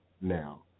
now